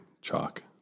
Chalk